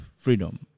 freedom